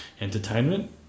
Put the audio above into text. entertainment